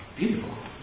beautiful